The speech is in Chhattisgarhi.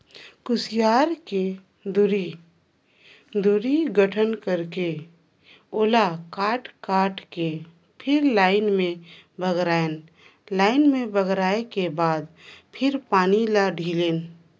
खुसियार के दूरी, दूरी गठन करके ओला काट काट के फिर लाइन से बगरायन लाइन में बगराय के बाद फिर पानी ल ढिलेन